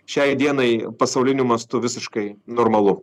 šiai dienai pasauliniu mastu visiškai normalu